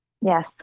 yes